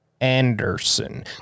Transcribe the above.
Anderson